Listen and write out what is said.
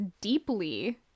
deeply